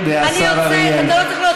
אתה, שבנית מרתף בבית בלי אישור, אתה מדבר על זה?